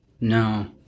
No